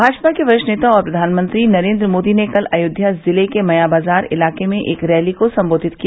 भाजपा के वरिष्ठ नेता और प्रधानमंत्री नरेन्द्र मोदी ने कल अयोध्या जिले के मया बाज़ार इलाके में एक रैली को संबोधित किया